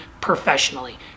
professionally